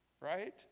Right